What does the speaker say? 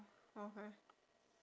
okay